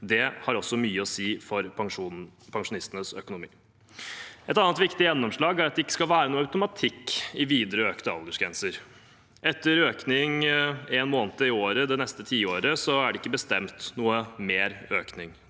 Det har også mye å si for pensjonistenes økonomi. Et annet viktig gjennomslag er at det ikke skal være noen automatikk i videre økte aldersgrenser. Etter økning én måned i året det neste tiåret er det ikke bestemt noe mer økning.